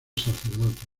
sacerdote